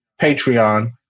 Patreon